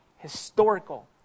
Historical